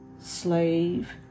slave